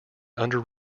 under